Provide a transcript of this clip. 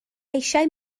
eisiau